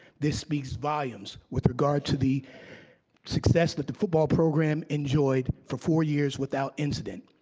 this speaks volumes with regard to the success that the football program enjoyed for four years without incident.